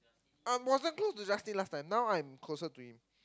I'm wasn't close to Justin last time now I'm closer to him